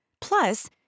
Plus